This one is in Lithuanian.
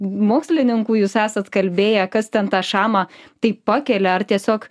mokslininkų jūs esat kalbėję kas ten tą šamą taip pakelia ar tiesiog